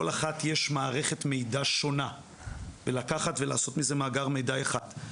אחת יש מערכת מידע שונה ולקחת ולעשות מזה מאגר מידע אחד,